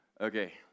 Okay